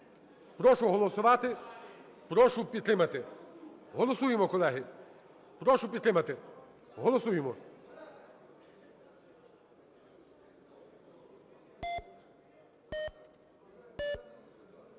Прошу голосувати, прошу підтримати. Голосуємо, колеги, прошу підтримати, голосуємо.